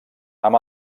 amb